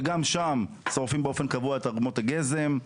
שגם שם שורפים באופן קבוע את אדמות הגזם.